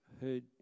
heard